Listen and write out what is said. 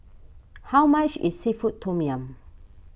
how much is Seafood Tom Yum